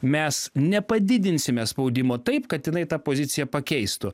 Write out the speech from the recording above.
mes nepadidinsime spaudimo taip kad jinai tą poziciją pakeistų